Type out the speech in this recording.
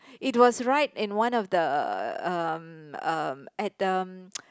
it was right in one of the um at um